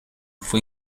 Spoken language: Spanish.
fue